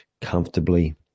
comfortably